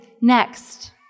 next